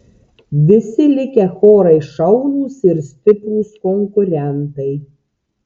visi likę chorai šaunūs ir stiprūs konkurentai